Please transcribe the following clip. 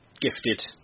gifted